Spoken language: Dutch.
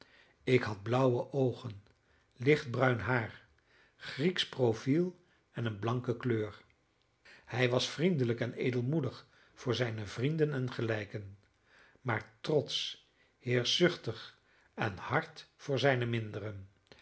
ik had blauwe oogen lichtbruin haar grieksch profiel en een blanke kleur hij was vriendelijk en edelmoedig voor zijne vrienden en gelijken maar trotsch heerschzuchtig en hard voor zijne minderen